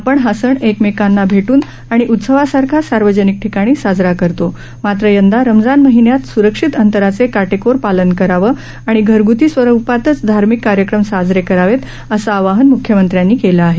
आपण हा सण एकमेकांना भेटून आणि उत्सवासारखा सार्वजनिक ठिकाणी साजरा करतो मात्र यंदा रमजानच्या महिन्यात स्रक्षित अंतराचे काटेकोरपणे पालन करावं आणि घरग्ती स्वरूपातच धार्मिक कार्यक्रम साजरे करावेत असं आवाहन म्ख्यमंत्र्यांनी केलं आहे